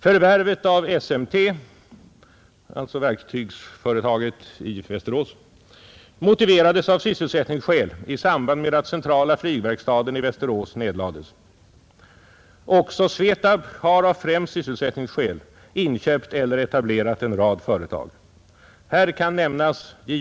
Förvärvet av SMT — verkstadsföretaget i Västerås — motiverades av sysselsättningsskäl i samband med att Centrala flygverkstaden i Västerås nedlades. Också Svetab har av främst sysselsättningsskäl inköpt eller etablerat en rad företag. Här kan nämnas J.